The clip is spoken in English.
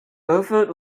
erfurt